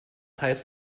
heißt